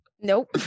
Nope